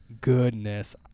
Goodness